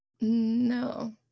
No